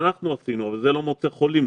אבל זה לא מוצא חולים,